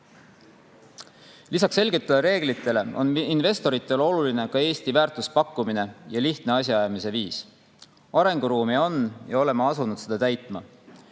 Lisaks selgetele reeglitele on investoritele oluline ka Eesti väärtuspakkumine ja lihtne asjaajamise viis. Arenguruumi on ja oleme asunud seda täitma.